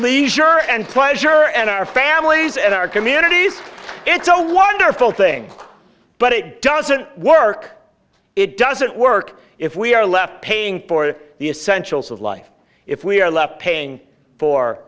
leisure and pleasure and our families and our communities it's a wonderful thing but it doesn't work it doesn't work if we are left paying for the essential skills like if we are left paying for